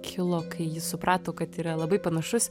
kilo kai jis suprato kad yra labai panašus